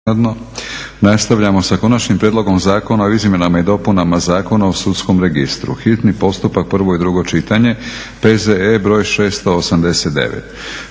Nastavljamo sa: - Konačnim prijedlog Zakona o izmjenama i dopunama Zakona o sudskom registru, hitni postupak, prvo i drugo čitanje, P.Z.E. br. 689